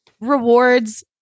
rewards